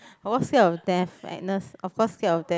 I was scared of death Agnes of course scared of death